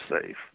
safe